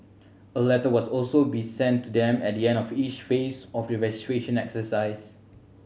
a letter was also be sent to them at the end of each phase of the registration exercise